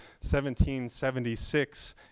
1776